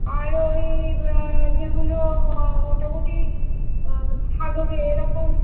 আর ওই যেগুলো মোটামুটি থাকবে এরকম